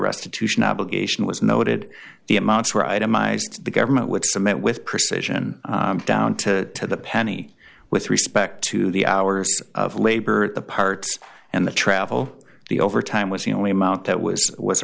restitution obligation was noted the amounts were itemized the government would submit with precision down to the penny with respect to the hours of labor at the parts and the travel the overtime was the only amount that was was